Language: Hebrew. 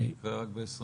זה רק ב- 2025?